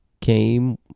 came